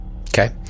Okay